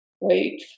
Wait